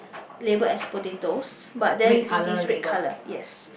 label as potatoes but then it is red colour yes